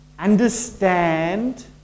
understand